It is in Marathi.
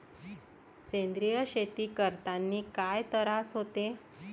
सेंद्रिय शेती करतांनी काय तरास होते?